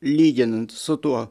lyginant su tuo